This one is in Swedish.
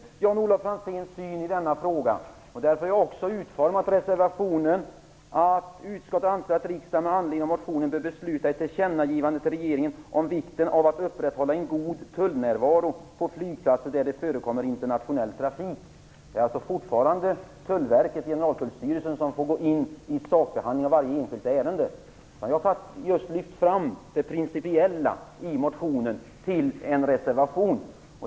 Herr talman! Jag delar helt Jan-Olof Franzéns åsikt i denna fråga. Därför har jag utformat reservationen så, att utskottet anser att riksdagen med anledning av motionen bör besluta om ett tillkännagivande till regeringen om vikten av att upprätthålla en god tullnärvaro på flygplatser där det förekommer internationell trafik. Det är alltså fortfarande Generaltullstyrelsen som får gå in i sakbehandlingen av varje enskilt ärende. Jag har lyft fram det principiella i motionen till en reservation.